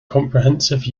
comprehensive